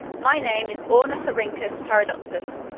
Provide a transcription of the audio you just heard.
my name is ornithorhynchus paradoxus.